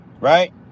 right